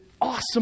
awesome